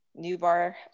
Newbar